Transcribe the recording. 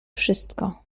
wszystko